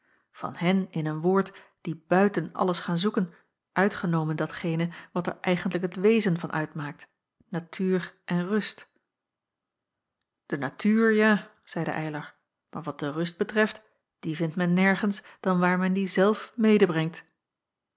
van hen in een woord die buiten alles gaan zoeken uitgenomen datgene wat er eigentlijk het wezen van uitmaakt natuur en rust de natuur ja zeide eylar maar wat de rust betreft die vindt men nergens dan waar men die zelf